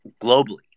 globally